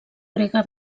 grega